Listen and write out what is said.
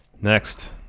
Next